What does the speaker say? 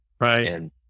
Right